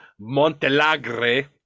Montelagre